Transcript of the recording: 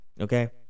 okay